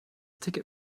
ticket